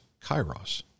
Kairos